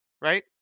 right